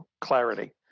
clarity